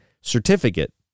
certificate